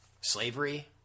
slavery